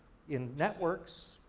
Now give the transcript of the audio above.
in networks,